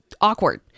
awkward